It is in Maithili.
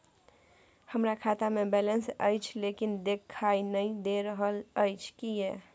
हमरा खाता में बैलेंस अएछ लेकिन देखाई नय दे रहल अएछ, किये?